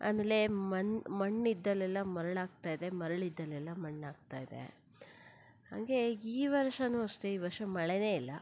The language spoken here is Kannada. ಆಮೇಲೆ ಮಣ್ಣಿದ್ದಲ್ಲೆಲ್ಲ ಮರಳಾಗ್ತಾ ಇದೆ ಮರಳಿದ್ದಲ್ಲೆಲ್ಲ ಮಣ್ಣಾಗ್ತಾ ಇದೆ ಹಾಗೆ ಈ ವರ್ಷಾನು ಅಷ್ಟೆ ಈ ವರ್ಷ ಮಳೆಯೇ ಇಲ್ಲ